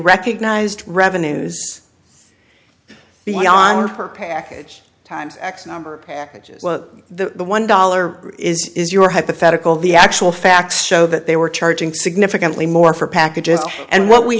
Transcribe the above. recognized revenues beyond our per package times x number of packages the one dollar is your hypothetical the actual facts show that they were charging significantly more for packages and what we